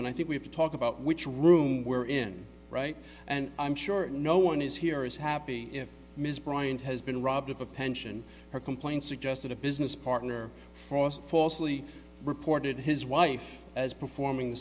and i think we have to talk about which room we're in right and i'm sure no one is here is happy if ms bryant has been robbed of a pension or complained suggested a business partner was falsely reported his wife as performing the